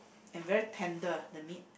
and very tender the meat